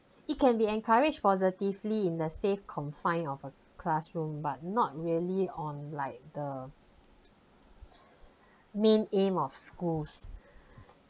it can be encouraged positively in the safe confines of a classroom but not really on like the main aim of schools